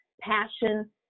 Passion